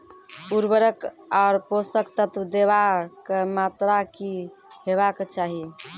उर्वरक आर पोसक तत्व देवाक मात्राकी हेवाक चाही?